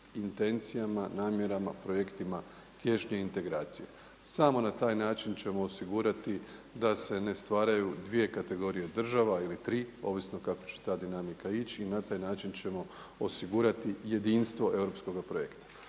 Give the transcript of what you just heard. intencijama, namjerama, projektima tješnje integracije. Samo na taj način ćemo osigurati da se ne stvaraju dvije kategorije država ili tri ovisno kako će ta dinamika ići i na taj način ćemo osigurati jedinstvo europskoga projekta.